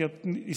כי את הסתמכת,